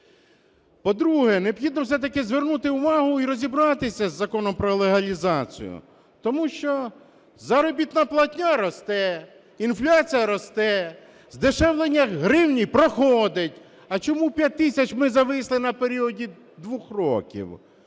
По-друге, необхідно все-таки звернути увагу і розібратися із законом про легалізацію. Тому що заробітна платня росте, інфляція росте, здешевлення гривні проходить. А чому 5 тисяч – ми зависли на періоді двох років?